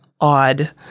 odd